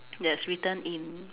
that's written in